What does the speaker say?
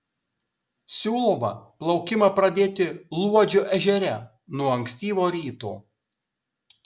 siūloma plaukimą pradėti luodžio ežere nuo ankstyvo ryto